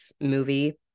movie